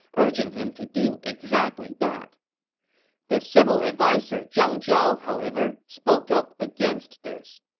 urging him to do exactly that the civil adviser zhang zhao, however, spoke up against this.